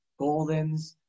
goldens